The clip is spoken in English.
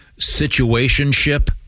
situationship